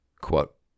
quote